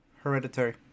hereditary